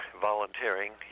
volunteering